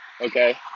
Okay